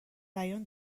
بیان